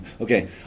Okay